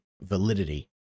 validity